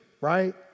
right